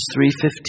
3.15